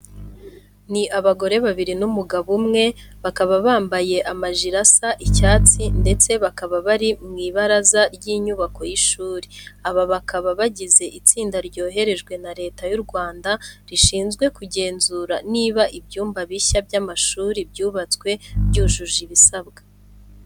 Ni abagore babiri n'umugabo umwe, bakaba bambaye amajire asa icyatsi ndetse bakaba bari mu ibaraza ry'inyubako y'ishuri. Aba bakaba bagize itsinda ryoherejwe na Leta y'u Rwanda rishinzwe kugenzura niba ibyumba bishya by'amashuri byubatswe byujuje ibisabwa.